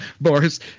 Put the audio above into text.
Boris